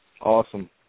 Awesome